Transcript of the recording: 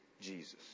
Jesus